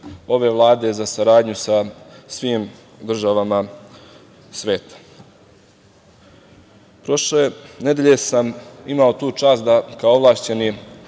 ove Vlade za saradnju sa svim državama sveta. Prošle nedelje sam imao tu čast da, kao ovlašćeni